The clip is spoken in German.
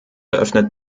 öffnet